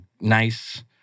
nice